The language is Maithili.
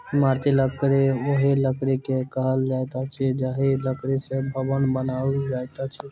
इमारती लकड़ी ओहि लकड़ी के कहल जाइत अछि जाहि लकड़ी सॅ भवन बनाओल जाइत अछि